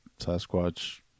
Sasquatch